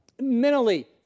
Mentally